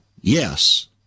Yes